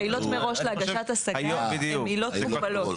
העילות מראש להגשת השגה הן עילות מוגבלות.